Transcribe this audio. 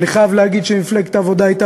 אני חייב להגיד שכשמפלגת העבודה הייתה